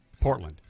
Portland